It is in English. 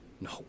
No